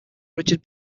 richard